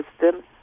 system